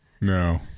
No